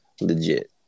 Legit